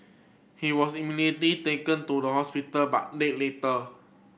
he was taken to the hospital but died later